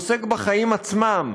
הוא עוסק בחיים עצמם,